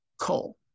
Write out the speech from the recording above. coal